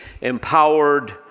empowered